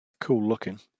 Cool-looking